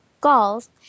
Galls